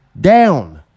down